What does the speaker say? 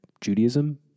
Judaism